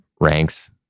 ranks